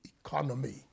economy